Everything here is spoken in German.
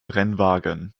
rennwagen